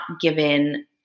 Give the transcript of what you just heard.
given